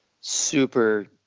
super